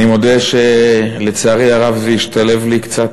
אני מודה שלצערי הרב זה השתלב לי קצת,